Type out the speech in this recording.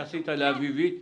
שעשית לאביבית?